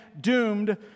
doomed